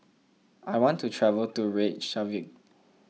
I want to travel to Reykjavik